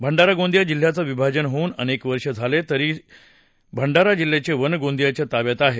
भंडारा गोंदिया जिल्ह्याचे विभाजन होऊन अनेक वर्षे झाले आहेत तरी सुद्धा भंडारा जिल्ह्याचे वन गोंदियाच्या ताब्यात आहे